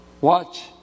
Watch